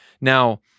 Now